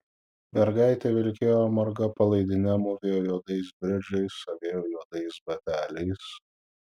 mergaitė vilkėjo marga palaidine mūvėjo juodais bridžais avėjo juodais bateliais